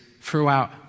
throughout